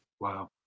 Wow